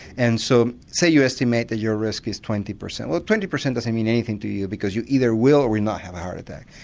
and so say you estimate that your risk is twenty percent well twenty percent doesn't mean anything to you because you either will or will not have a heart attack.